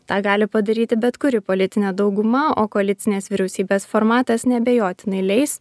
tą gali padaryti bet kuri politinė dauguma o koalicinės vyriausybės formatas neabejotinai leis